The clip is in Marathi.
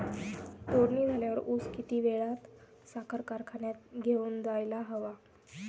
तोडणी झाल्यावर ऊस किती वेळात साखर कारखान्यात घेऊन जायला हवा?